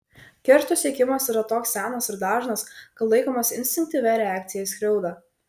keršto siekimas yra toks senas ir dažnas kad laikomas instinktyvia reakcija į skriaudą